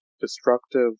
destructive